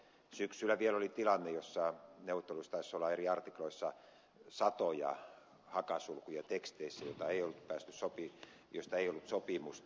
syksyllä vielä oli tilanne jolloin neuvotteluissa taisi olla eri artikloissa satoja hakasulkuja teksteissä joista ei ollut sopimusta